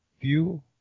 view